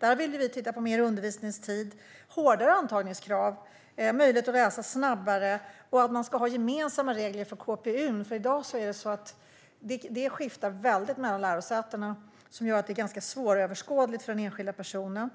Vi vill undersöka möjligheterna till mer undervisningstid och hårdare antagningskrav, möjlighet att läsa snabbare och att man ska ha gemensamma regler för KPU. I dag skiftar det väldigt mycket mellan lärosätena, vilket gör att det är ganska svåröverskådligt för den enskilda personen.